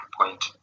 point